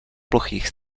plochých